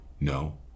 No